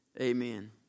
Amen